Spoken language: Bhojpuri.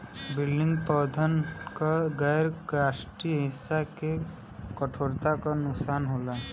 विल्टिंग पौधन क गैर काष्ठीय हिस्सा के कठोरता क नुकसान होला